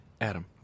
Adam